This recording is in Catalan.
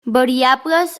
variables